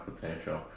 potential